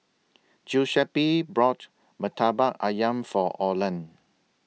Giuseppe brought Murtabak Ayam For Orland